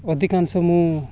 ଅଧିକାଂଶ ମୁଁ